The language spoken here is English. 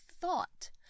thought